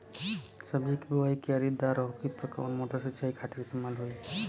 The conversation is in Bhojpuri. सब्जी के बोवाई क्यारी दार होखि त कवन मोटर सिंचाई खातिर इस्तेमाल होई?